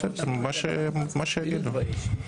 מה שיגידו.